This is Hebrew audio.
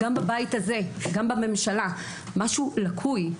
גם בבית הזה, גם בממשלה, משהו לקוי.